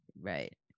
right